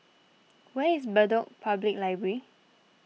where is Bedok Public Library